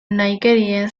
nahikerien